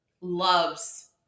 Loves